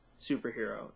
superhero